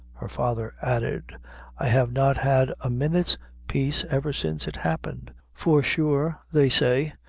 her father added i have not had a minute's peace ever since it happened for sure, they say,